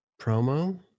Promo